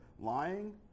lying